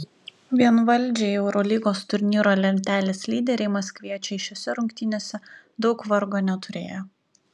vienvaldžiai eurolygos turnyro lentelės lyderiai maskviečiai šiose rungtynėse daug vargo neturėjo